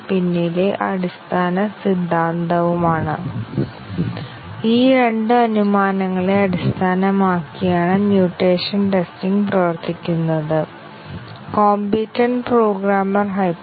ഇപ്പോൾ അടുത്ത ചോദ്യം ഒരു ഫോൾട്ട് അടിസ്ഥാനമാക്കിയുള്ള ടെസ്റ്റിംഗ് ടെക്നിക്കിന്റെ ഉദാഹരണമാണ്